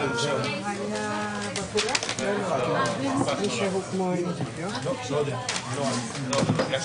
ויש מגבלת זמנים קשיחה, לא ניתנת